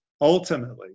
ultimately